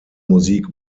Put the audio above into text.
musik